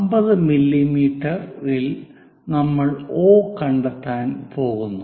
50 മില്ലീമീറ്ററിൽ നമ്മൾ O കണ്ടെത്താൻ പോകുന്നു